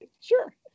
sure